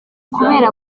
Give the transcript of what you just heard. kubera